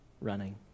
running